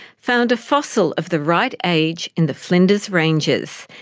found a fossil of the right age in the flinders ranges,